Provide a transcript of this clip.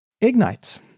Ignite